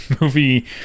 movie